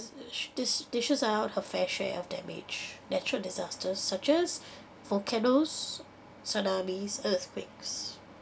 dish dish dishes out a fair share of damage natural disasters such as volcanoes tsunamis earthquakes